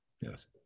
Yes